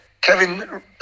Kevin